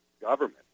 government